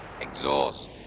exhaust